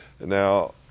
Now